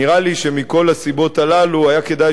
נראה לי שמכל הסיבות הללו היה כדאי